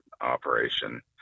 operation